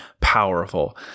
powerful